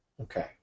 Okay